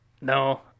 No